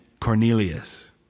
Cornelius